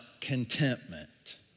contentment